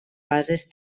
bases